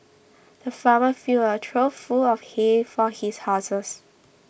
the farmer filled a trough full of hay for his horses